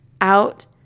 out